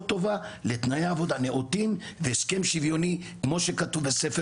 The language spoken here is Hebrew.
טובה לתנאי עבודה נאותים והסכם שוויוני כמו שכתוב בתורה